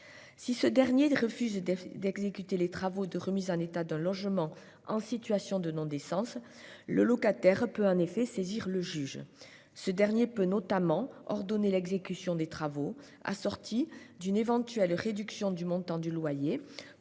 Si ce dernier refuse d'exécuter les travaux de remise en état d'un logement en situation de non-décence, le locataire peut en effet saisir le juge. Le juge peut notamment ordonner l'exécution des travaux, assortie d'une éventuelle réduction du montant du loyer